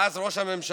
ואז ראש הממשלה,